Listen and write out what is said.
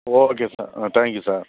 okay sir ah thank you sir